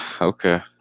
okay